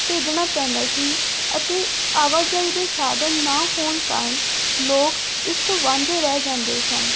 ਭੇਜਣਾ ਪੈਂਦਾ ਸੀ ਅਤੇ ਆਵਾਜਾਈ ਦੇ ਸਾਧਨ ਨਾ ਹੋਣ ਕਾਰਨ ਲੋਕ ਇਸ ਤੋਂ ਵਾਂਝੇ ਰਹਿ ਜਾਂਦੇ ਸਨ